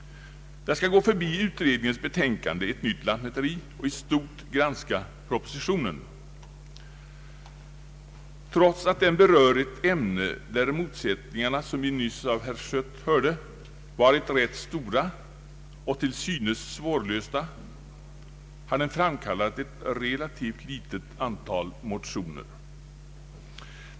Jag skall gå förbi utredningens betänkande, Ett nytt lantmäteri, och i stort granska propositionen. Trots att den berör ett ämne där motsättningarna, som herr Schött nyss nämnde, varit rätt stora och till synes svårlösta, har den framkallat ett relativt litet antal motioner.